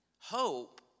Hope